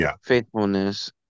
faithfulness